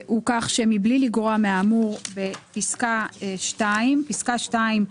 "מבלי לגרוע מהאמור בפסקה (2) פסקה (2)